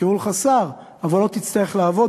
יקראו לך שר, אבל לא תצטרך לעבוד.